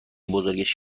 بزرگش